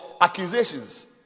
accusations